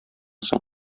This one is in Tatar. соң